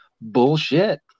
bullshit